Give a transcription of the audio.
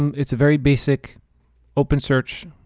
it's a very basic open search,